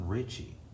Richie